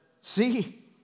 See